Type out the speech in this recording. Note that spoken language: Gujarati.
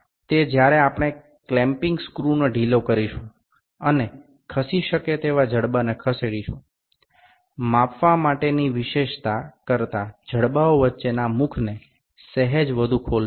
તે જ્યારે આપણે ક્લેમ્પિંગ સ્ક્રૂને ઢીલો કરીશું અને ખસી શકે તેવા જડબાને ખસેડીશું માપવા માટેની વિશેષતા કરતાં જડબાઓ વચ્ચેના મુખને સહેજ વધુ ખોલશુ